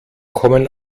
kommen